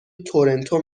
تورنتو